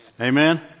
Amen